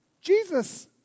Jesus